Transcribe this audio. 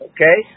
Okay